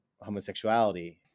Homosexuality